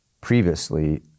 previously